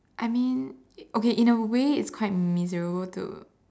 I mean okay in a way it's quite miserable to